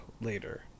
later